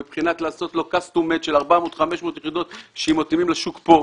מבחינת לעשות לו קסטומצ' של 400 ו-500 יחידות שמתאימות לשוק כאן.